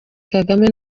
kagame